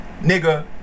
Nigga